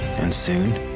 and soon